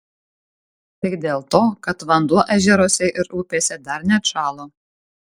tai dėl to kad vanduo ežeruose ir upėse dar neatšalo